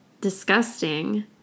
Disgusting